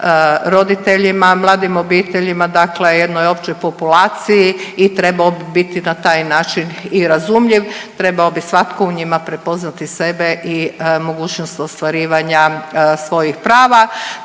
roditeljima, mladim obiteljima, dakle jednoj općoj populaciji i trebao bi biti na taj način i razumljiv, trebao bi svatko u njima prepoznati sebe i mogućnost ostvarivanja svojih prava.